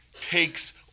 takes